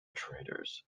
traders